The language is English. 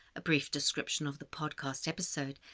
a brief description of the podcast episode,